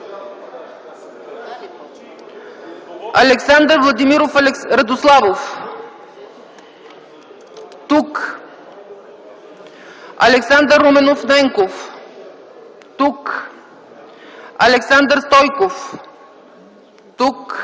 Александър Владимиров Радославов - тук Александър Руменов Ненков - тук Александър Стойчев